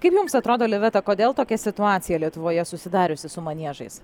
kaip jums atrodo liveta kodėl tokia situacija lietuvoje susidariusi su maniežais